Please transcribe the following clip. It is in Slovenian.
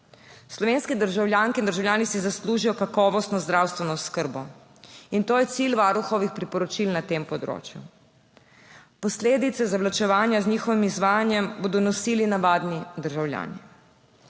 Slovenske državljanke in državljani si zaslužijo kakovostno zdravstveno oskrbo in to je cilj varuhovih priporočil na tem področju. Posledice zavlačevanja z njihovim izvajanjem bodo nosili navadni državljani.